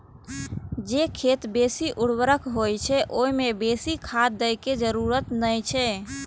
जे खेत बेसी उर्वर होइ छै, ओइ मे बेसी खाद दै के जरूरत नै छै